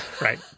Right